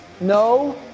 no